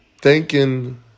thanking